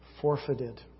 forfeited